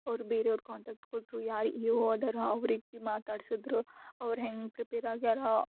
ಅವ್ರು ಬೇರೆ ಅವ್ರ ಕಾಂಟೆಕ್ಟ್ ಕೊಟ್ಟರು ಯಾರು ಇ ಒ ಅದರ ಅವ್ರಿಗೆ ಮಾತಾಡ್ಸಿದ್ರು ಅವ್ರು ಹೆಂಗೆ ಪ್ರಿಪೇರ್ ಆಗ್ಯಾರ